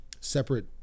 separate